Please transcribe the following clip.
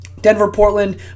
Denver-Portland